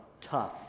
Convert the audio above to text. tough